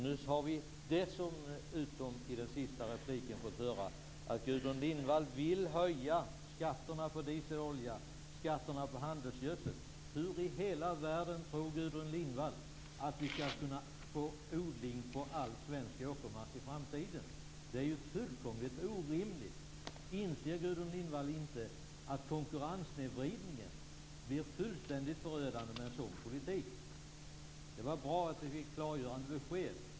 Nu har vi dessutom i den senaste repliken fått höra att Gudrun Lindvall vill höja skatterna på dieselolja och på handelsgödsel. Hur i hela världen tror Gudrun Lindvall att vi skall kunna få odling på all svensk åkermark i framtiden? Det är ju fullkomligt orimligt. Inser Gudrun Lindvall inte att konkurrenssnedvridningen blir fullständigt förödande med en sådan politik? Det var bra att vi fick klargörande besked.